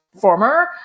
former